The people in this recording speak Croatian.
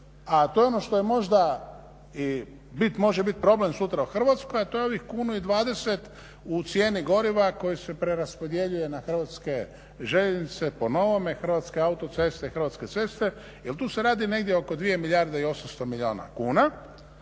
što je možda i može bit problem sutra u Hrvatskoj a to je ovih kunu i 20 u cijeni goriva koji se preraspodjeljuje na Hrvatske željeznice po novome, Hrvatske autoceste, Hrvatske ceste jer tu se radi negdje oko 2 milijarde i 800 milijuna kuna.